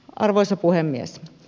arvoisa puhemies